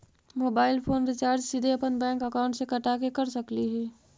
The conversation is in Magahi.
मोबाईल फोन रिचार्ज सीधे अपन बैंक अकाउंट से कटा के कर सकली ही?